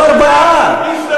זה לא פייר,